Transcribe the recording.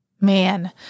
Man